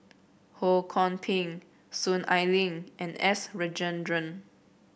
Ho Kwon Ping Soon Ai Ling and S Rajendran